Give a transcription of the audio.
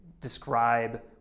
describe